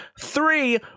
Three